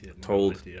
told